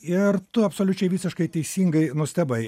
ir tu absoliučiai visiškai teisingai nustebai